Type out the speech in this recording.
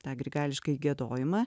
tą grigališkąjį giedojimą